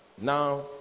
Now